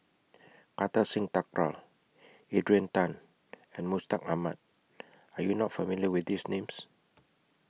Kartar Singh Thakral Adrian Tan and Mustaq Ahmad Are YOU not familiar with These Names